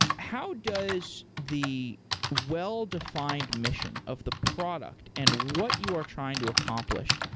how does the well-defined mission of the product and what you are trying to accomplish,